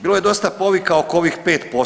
Bilo je dosta povika oko ovih 5%